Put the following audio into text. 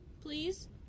Please